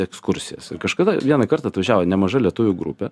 ekskursijas ir kažkada vieną kartą atvažiavo nemaža lietuvių grupė